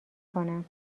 کنم